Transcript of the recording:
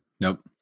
Nope